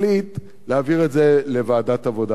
להעביר את זה לוועדת העבודה והרווחה.